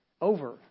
over